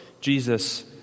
Jesus